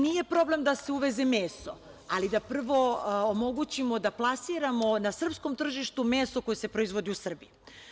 Nije problem da se uveze meso, ali da prvo omogućimo da plasiramo na srpskom tržištu meso koje se proizvodi u Srbiji.